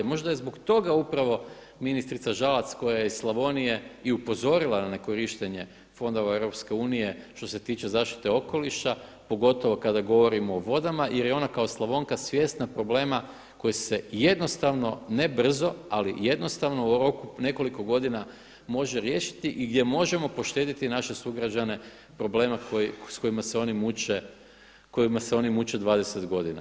Možda je zbog toga upravo ministrica Žalac koja je iz Slavonije i upozorila na nekorištenje fondova EU što se tiče zaštite okoliša pogotovo kada govorimo o vodama, jer je ona kao Slavonka svjesna problema koji se jednostavno ne brzo, ali jednostavno u roku nekoliko godina može riješiti i gdje možemo poštediti naše sugrađane problema sa kojima se oni muče 20 godina.